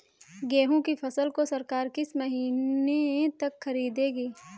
गेहूँ की फसल को सरकार किस महीने तक खरीदेगी?